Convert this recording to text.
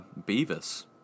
Beavis